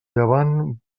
llevant